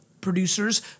producers